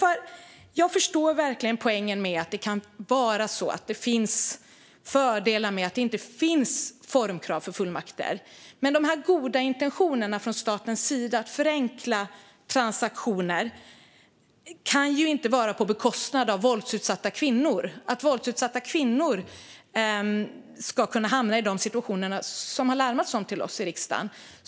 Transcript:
Jag förstår verkligen poängen med att det kan finnas fördelar med att inte ha formkrav för fullmakter, men statens goda intentioner att förenkla transaktioner kan ju inte ske på bekostnad av våldsutsatta kvinnor, som kan hamna i sådana situationer som det har larmats om till oss i riksdagen.